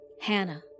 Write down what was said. Hannah